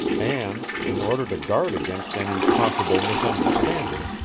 and, in order to guard against any possible misunderstanding,